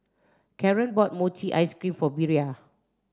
Karren bought Mochi Ice Cream for Bria